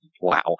Wow